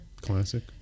Classic